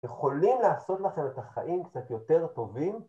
יכולים לעשות לכם את החיים קצת יותר טובים?